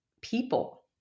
people